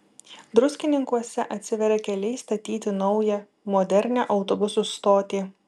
druskininkuose atsiveria keliai statyti naują modernią autobusų stotį